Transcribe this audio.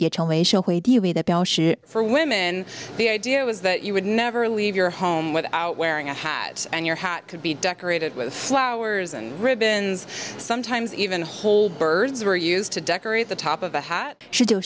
that for women the idea was that you would never leave your home without wearing a hat and your hat could be decorated with flowers and ribbons sometimes even hold birds were used to decorate the top of a hat